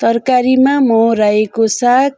तरकारीमा म रायोको साग